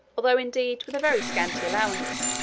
although indeed with a very scanty allowance.